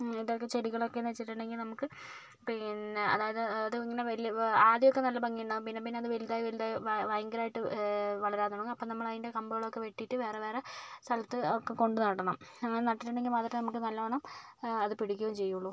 ചെടികളൊക്കെ എന്ന് വെച്ചിട്ടുണ്ടെങ്കിൽ നമുക്ക് പിന്നെ അതായത് അത് ഇങ്ങനെ വലിയ ആദ്യം ഒക്കെ നല്ല ഭംഗിയുണ്ടാകും പിന്നെ പിന്നെ അത് വ ലുതായി വലുതായി ഭയ ഭയങ്കരമായിട്ട് വളരാൻ തുടങ്ങും അപ്പം നമ്മൾ അതിൻ്റെ കമ്പുകൾ ഒക്കെ വെട്ടിയിട്ട് വേറെ വേറെ സ്ഥലത്ത് കൊണ്ട് നടണം അങ്ങനെ നട്ടിട്ട് ഉണ്ടെങ്കിൽ മാത്രമേ നമുക്ക് നല്ലവണ്ണം അത് പിടിക്കുകയും ചെയ്യുകയുള്ളൂ